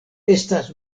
estas